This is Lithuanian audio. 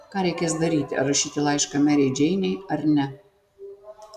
ką reikės daryti ar rašyti laišką merei džeinei ar ne